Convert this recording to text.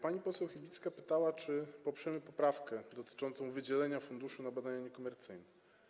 Pani poseł Chybicka pytała, czy poprzemy poprawkę dotyczącą wydzielenia funduszu na badania niekomercyjne.